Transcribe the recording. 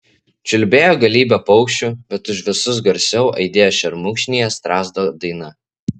čiulbėjo galybė paukščių bet už visus garsiau aidėjo šermukšnyje strazdo daina